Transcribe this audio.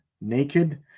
naked